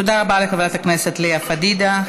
תודה רבה לחברת הכנסת לאה פדידה.